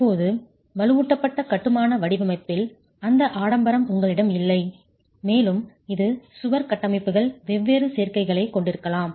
இப்போது வலுவூட்டப்பட்ட கட்டுமான வடிவமைப்பில் அந்த ஆடம்பரம் உங்களிடம் இல்லை மேலும் இது சுவர் கட்டமைப்புகள் வெவ்வேறு சேர்க்கைகளைக் கொண்டிருக்கலாம்